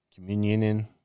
Communioning